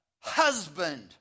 husband